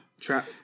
Trap